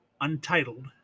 Untitled